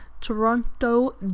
Toronto